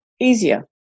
easier